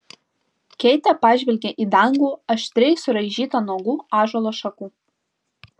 keitė pažvelgė į dangų aštriai suraižytą nuogų ąžuolo šakų